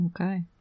okay